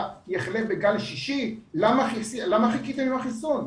יחלה בגל שישי ותשאל אותנו: למה חיכיתם עם החיסון?